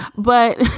but